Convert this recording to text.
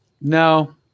No